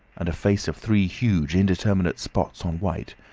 and a face of three huge indeterminate spots on white,